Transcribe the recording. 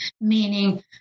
meaning